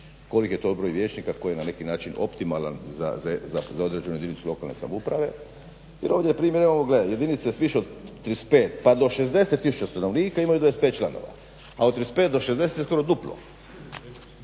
koliki je to broj vijećnika koji je na neki način optimalan za određenu jedinicu lokalne samouprave, jer ovdje je primjer, evo gle jedinice s više od 35 pa do 60 tisuća stanovnika imaju 25 članova, a od 35 do 60 skoro duplo,